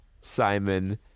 Simon